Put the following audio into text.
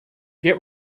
get